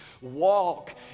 walk